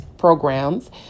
programs